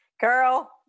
Girl